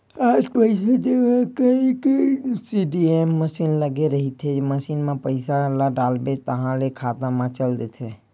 आज पइसा जमा करे के सीडीएम मसीन लगे रहिथे, मसीन म पइसा ल डालबे ताहाँले खाता म चल देथे